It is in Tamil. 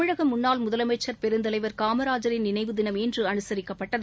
தமிழகமுன்னாள் முதலமைச்சா் பெருந்தலைவா் காமராஜின் நினைவு தினம் இன்றுஅனுசரிக்கப்பட்டது